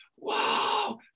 wow